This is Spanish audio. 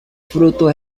fruto